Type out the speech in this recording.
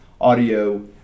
audio